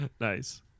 Nice